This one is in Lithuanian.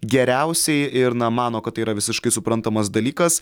geriausiai ir na mano kad tai yra visiškai suprantamas dalykas